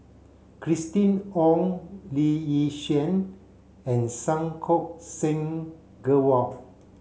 Christina Ong Lee Yi Shyan and Santokh Singh Grewal